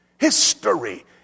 History